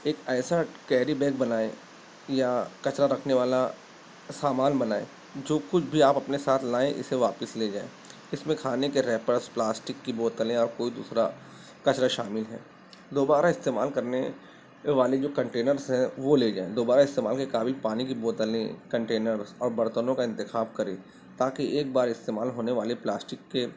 ایک ایسا carry bag بنائیں یا کچرا رکھنے والا سامان بنائیں جو کچھ بھی آپ اپنے ساتھ لائیں اسے واپس لے جائیں اس میں کھانے کے ریپرس پلاسٹک کی بوتلیں اور کوئی دوسرا کچرا شامل ہیں دوبارہ استعمال کرنے والے جو کنٹینرس ہیں وہ لے جائیں دوبارہ استعمال کے قابل پانی کی بوتلیں کنٹینرس اور برتنوں کا انتخاب کریں تاکہ ایک بار استعمال ہونے والے پلاسٹک کے